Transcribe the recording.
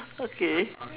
okay